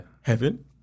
heaven